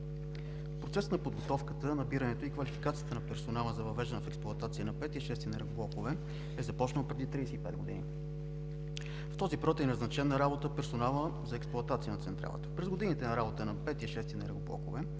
Процесът на подготовката, набирането и квалификацията на персонала за въвеждането в експлоатация на V и VI блокове е започнало преди 35 години. В този период е назначен и персоналът за експлоатация на Централата. През годините на работа на V и VI енергоблокове